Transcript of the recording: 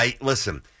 Listen